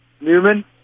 Newman